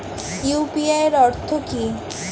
UPI এর অর্থ কি?